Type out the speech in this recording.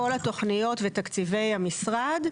כל התוכניות ותקציבי המשרד,